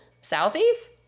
Southeast